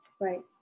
right